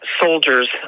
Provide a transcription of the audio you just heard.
soldiers